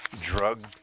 Drug